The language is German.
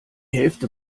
hälfte